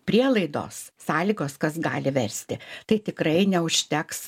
prielaidos sąlygos kas gali versti tai tikrai neužteks